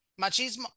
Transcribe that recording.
Machismo